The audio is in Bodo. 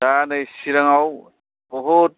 दा नै सिरांआव बुहुत